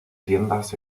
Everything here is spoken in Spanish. tiendas